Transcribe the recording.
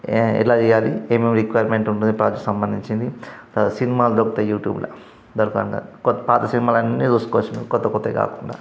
ఎలా చేయాలి ఏమేమి రిక్వైర్మెంట్ ఉంటుంది ప్రాజెక్ట్కి సంబంధించింది తర్వాత సినిమాలు దొరుకుతాయి యూట్యూబ్లో దొరకంగా పాత సినిమాలు అన్నీ చూసుకోవచ్చు నువ్వు కొత్త కొత్తవి కాకుండా